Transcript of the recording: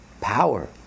power